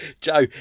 Joe